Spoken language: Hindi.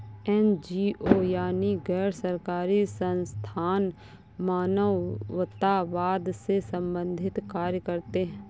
एन.जी.ओ यानी गैर सरकारी संस्थान मानवतावाद से संबंधित कार्य करते हैं